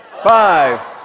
Five